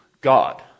God